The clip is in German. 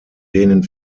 denen